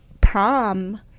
prom